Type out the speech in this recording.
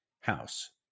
house